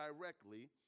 directly